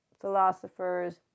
philosophers